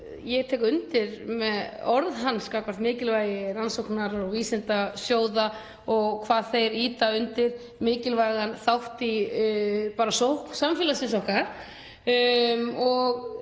Ég tek undir orð hans um mikilvægi rannsókna- og vísindasjóða og hvað þeir ýta undir mikilvægan þátt í sókn samfélagsins okkar.